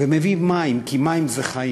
ומביא מים, כי מים זה חיים.